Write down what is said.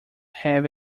have